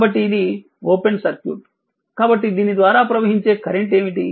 కాబట్టి ఇది open circuit కాబట్టి దీని ద్వారా ప్రవహించే కరెంట్ ఏమిటి